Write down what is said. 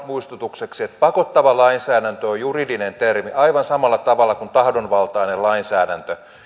muistutukseksi että pakottava lainsäädäntö on juridinen termi aivan samalla tavalla kuin tahdonvaltainen lainsäädäntö ja niillä